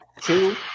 two